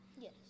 Yes